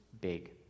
big